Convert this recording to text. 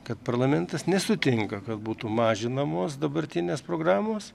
kad parlamentas nesutinka kad būtų mažinamos dabartinės programos